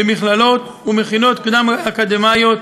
במכללות ומכינות קדם-אקדמיות,